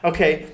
Okay